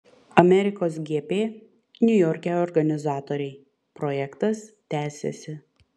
amerikos gp niujorke organizatoriai projektas tęsiasi